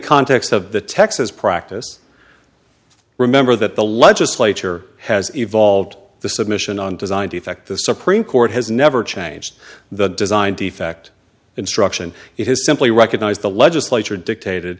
context of the texas practice remember that the legislature has evolved the submission on design defect the supreme court has never changed the design defect instruction it has simply recognized the legislature dictated